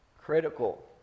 critical